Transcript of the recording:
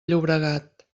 llobregat